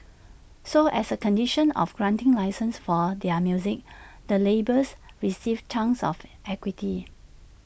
so as A condition of granting licences for their music the labels received chunks of equity